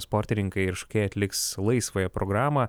sportininkai ir šokėjai atliks laisvąją programą